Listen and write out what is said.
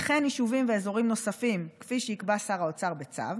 וכן יישובים ואזורים נוספים כפי שיקבע שר האוצר בצו,